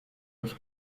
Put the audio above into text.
des